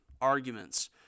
arguments